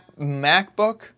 MacBook